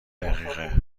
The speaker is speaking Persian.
دقیقه